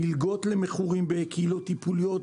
ניתנו מלגות למכורים בקהילות טיפוליות,